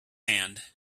hand